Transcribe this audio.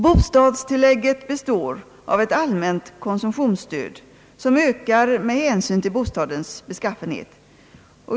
Bostadstillägget består av ett allmänt konsumtionsstöd som ökar med hänsyn till bostadens beskaffenhet.